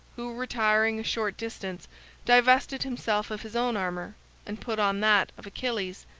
who retiring a short distance divested himself of his own armor and put on that of achilles,